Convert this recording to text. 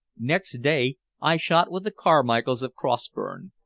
next day i shot with the carmichaels of crossburn,